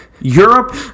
europe